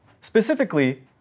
specifically